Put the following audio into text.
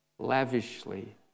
Lavishly